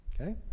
Okay